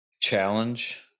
challenge